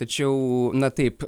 tačiau na taip